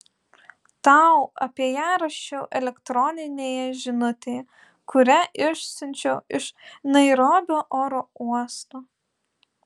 tau apie ją rašiau elektroninėje žinutėje kurią išsiunčiau iš nairobio oro uosto